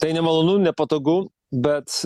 tai nemalonu nepatogu bet